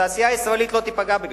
התעשייה הישראלית לא תיפגע בגדול.